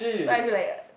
so I feel like